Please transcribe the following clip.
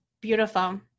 Beautiful